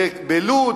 בלוד,